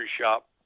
shop